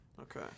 Okay